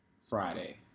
Friday